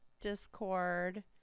Discord